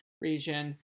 region